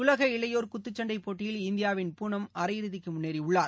உலக இளையோர் குத்துச்சண்டைபோட்டியில் இந்தியாவின் பூனம் அரையிறுதிக்குமுன்னேறியுள்ளார்